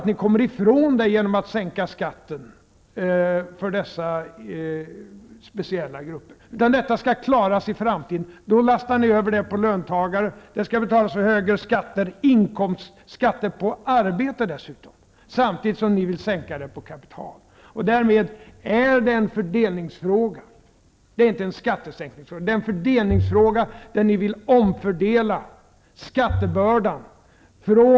Ni kommer inte ifrån betalningen. Den måste klaras i framtiden, och då lastar ni över den på löntagarna. Den skall betalas med inkomstskatter på arbete, samtidigt som ni sänker skatten på kapital. Därmed är det inte längre en skattesänkningsfråga, utan en fördelningsfråga. Ni vill omfördela skattebördan.